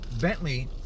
Bentley